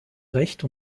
recht